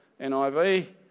NIV